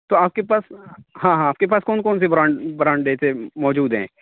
تو آپ کے پاس ہاں ہاں آپ کے پاس کون کون سی بران برانڈ ایسے موجود ہیں